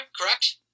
correct